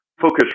focus